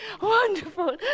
wonderful